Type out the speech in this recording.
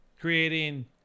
creating